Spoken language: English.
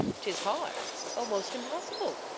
tis hard almost impossible.